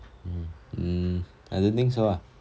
mm I don't think ah